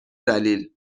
دلیل